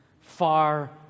Far